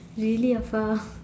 really afar